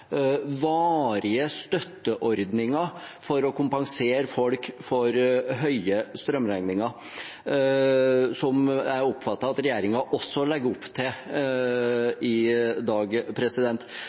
varige støtteordninger for å kompensere folk for høye strømregninger, som jeg oppfatter at regjeringen også legger opp til